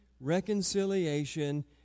reconciliation